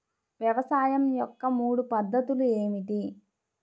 వ్యవసాయం యొక్క మూడు పద్ధతులు ఏమిటి?